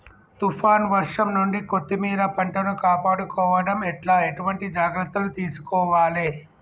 తుఫాన్ వర్షం నుండి కొత్తిమీర పంటను కాపాడుకోవడం ఎట్ల ఎటువంటి జాగ్రత్తలు తీసుకోవాలే?